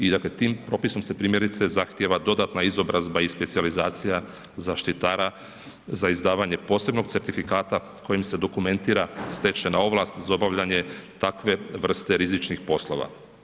I dakle tim propisom se primjerice zahtjeva dodatna izobrazba i specijalizacija zaštitara za izdavanja posebnog certifikata kojim se dokumentira stečena ovlast za obavljanje takve vrste rizičnih poslova.